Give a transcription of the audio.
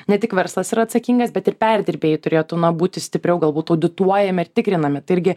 ne tik verslas yra atsakingas bet ir perdirbėjai turėtų na būti stipriau galbūt audituojami ir tikrinami tai irgi